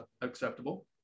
acceptable